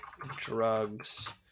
drugs